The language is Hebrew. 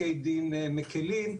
שהדברים האלה קורים וזה בלי קשר,